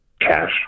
cash